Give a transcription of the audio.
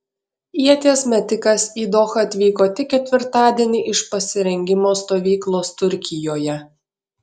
ieties metikas į dohą atvyko tik ketvirtadienį iš pasirengimo stovyklos turkijoje